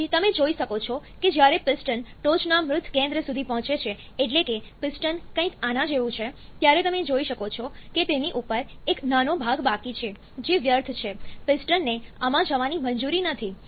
પછી તમે જોઈ શકો છો કે જ્યારે પિસ્ટન ટોચના મૃત કેન્દ્ર સુધી પહોંચે છે એટલે કે પિસ્ટન કંઈક આના જેવું છે ત્યારે તમે જોઈ શકો છો કે તેની ઉપર એક નાનો ભાગ બાકી છે જે વ્યર્થ છે પિસ્ટનને આમાં જવાની મંજૂરી નથી